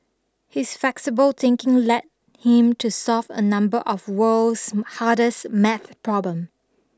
his flexible thinking led him to solve a number of world's hardest maths problem